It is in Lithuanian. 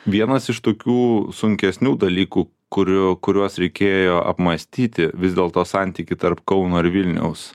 vienas iš tokių sunkesnių dalykų kurių kuriuos reikėjo apmąstyti vis dėl to santykiai tarp kauno ir vilniaus